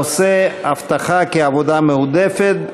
הנושא: אבטחה כעבודה מועדפת.